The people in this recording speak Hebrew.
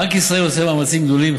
בנק ישראל עושה מאמצים גדולים,